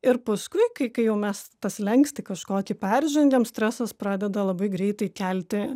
ir paskui kai kai jau mes tą slenkstį kažkokį peržengiam stresas pradeda labai greitai kelti